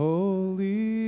Holy